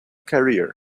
career